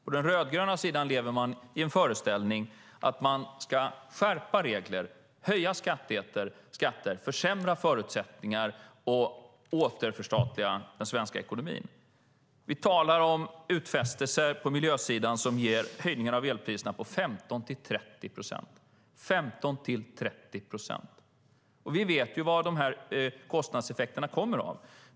På den rödgröna sidan lever man i en föreställning om att man ska skärpa regler, höja skatter, försämra förutsättningar och återförstatliga den svenska ekonomin. Vi talar om utfästelser på miljösidan som ger höjningar av elpriserna med 15-30 procent. Vi vet vad de här kostnadseffekterna kommer av.